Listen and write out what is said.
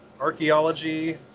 archaeology